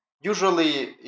usually